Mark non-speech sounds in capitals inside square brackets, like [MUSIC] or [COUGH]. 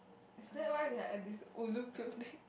is that why we at this ulu building [LAUGHS]